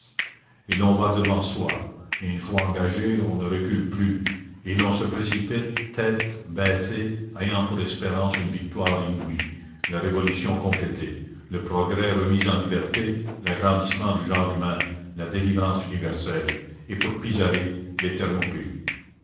et l'on va devant soi et une fois engagé on ne recule plus et l'on se précipite tête baissée ayant pour espérance une victoire inouïe la révolution complétée le progrès remis en liberté l'agrandissement du genre humain la délivrance universelle et pour